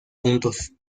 puntos